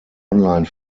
online